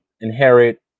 inherit